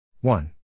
one